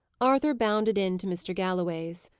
arthur bounded in to mr. galloway's.